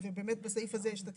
ובאמת, בסעיף הזה יש את התיקון.